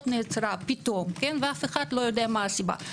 נעצרה פתאום ואף אחד לא יודע מה הסיבה.